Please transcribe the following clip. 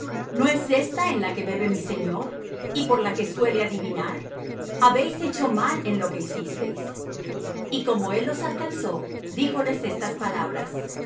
no es ésta en la que bebe mi señor y por la que suele adivinar habéis hecho mal en lo que hicisteis y como él los alcanzó díjoles estas palabras